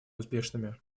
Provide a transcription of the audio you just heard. успешными